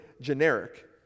generic